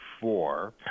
four